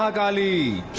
kali!